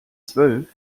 zwölf